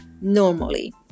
normally